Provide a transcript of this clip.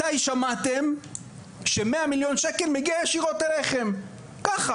מתי שמעתם ש-100 מיליון שקל מגיע אליכם כך,